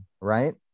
right